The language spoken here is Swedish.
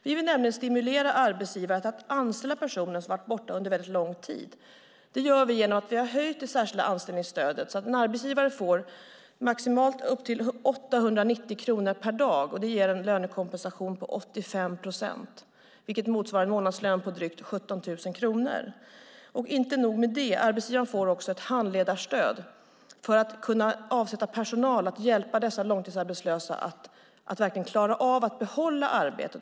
Vi vill nämligen stimulera arbetsgivare att anställa personer som har varit borta under en väldigt lång tid. Det gör vi genom att vi har höjt det särskilda anställningsstödet så att en arbetsgivare får upp till 890 kronor per dag. Det ger en lönekompensation på 85 procent, vilket motsvarar en månadslön på drygt 17 000 kronor. Det är inte nog med det. Arbetsgivaren får också ett handledarstöd för att kunna avsätta personal för att hjälpa dessa långtidsarbetslösa att verkligen klara av att behålla arbetet.